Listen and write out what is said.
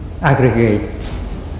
aggregates